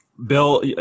Bill